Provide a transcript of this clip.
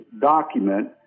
document